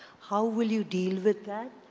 how will you deal with that?